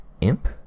Imp